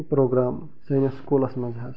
programme سٲنِس سکوٗلَس منٛز حظ